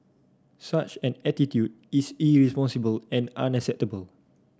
such an attitude is irresponsible and unacceptable